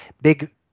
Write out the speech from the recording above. big